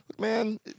man